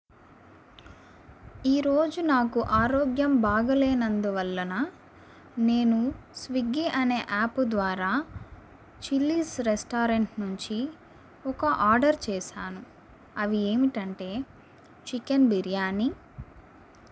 ఈరోజు నాకు ఆరోగ్యం బాగాలేనందు వలన నేను స్విగ్గీ అనే యాపు ద్వారా చిల్లీస్ రెస్టారెంట్ నుంచి ఒక ఆర్డర్ చేశాను అవి ఏమిటంటే చికెన్ బిర్యానీ